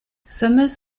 summers